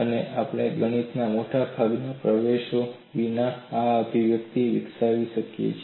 અને આપણે ગણિતના મોટા ભાગમાં પ્રવેશ્યા વિના જ આ અભિવ્યક્તિ વિકસાવી છે